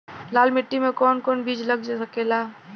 लाल मिट्टी में कौन कौन बीज लग सकेला?